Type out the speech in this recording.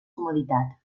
comoditat